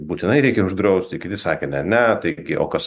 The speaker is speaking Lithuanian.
būtinai reikia uždrausti kiti sakė ne ne taigi o kas